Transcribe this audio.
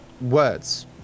words